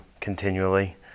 continually